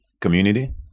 community